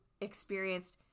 experienced